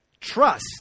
trust